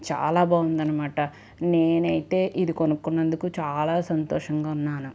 చాలా బాగుందనమాట నేనైతే ఇది కొనుక్కున్నందుకు చాలా సంతోషంగా ఉన్నాను